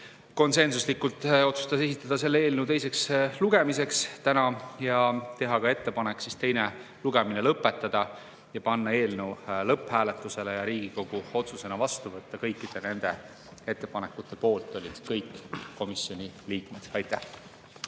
konsensuslikult otsustas esitada selle eelnõu täna teiseks lugemiseks ning teha ettepaneku teine lugemine lõpetada, panna eelnõu lõpphääletusele ja Riigikogu otsusena vastu võtta. Kõikide nende ettepanekute poolt olid kõik komisjoni liikmed. Aitäh!